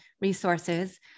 resources